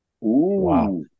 Wow